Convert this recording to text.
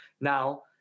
now